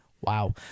Wow